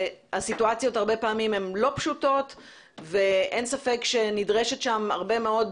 והסיטואציות הרבה פעמים הן לא פשוטות ואין ספק שנדרשת שם הרבה מאוד